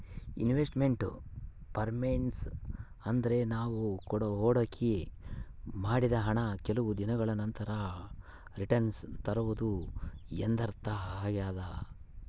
invest made performance ಅಂದ್ರೆ ನಾವು ಹೊಡಿಕೆ ಮಾಡಿದ ಹಣ ಕೆಲವು ದಿನಗಳ ನಂತರ ರಿಟನ್ಸ್ ತರುವುದು ಎಂದರ್ಥ ಆಗ್ಯಾದ